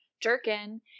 jerkin